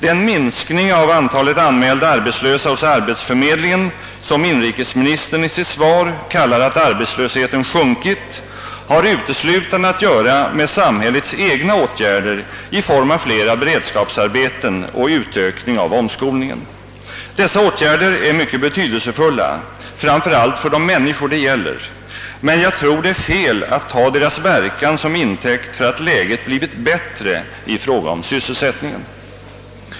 Den minskning av antalet anmälda arbetslösa hos arbetsförmedlingen, som inrikesministern i sitt svar kallar att arbetslösheten har sjunkit, beror uteslutande på samhällets egna åtgärder i form av flera beredskapsarbeten och utökning av omskolningen. Dessa åtgärder är mycket betydelsefulla, framför allt för de människor de gäller, men jag tror att det är fel att ta deras verkan som intäkt för att läget blivit bättre i fråga om sysselsättningen.